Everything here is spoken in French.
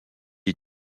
est